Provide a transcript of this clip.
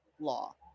law